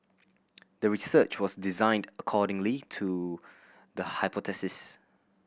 the research was designed accordingly to the hypothesis